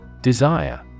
Desire